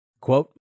Quote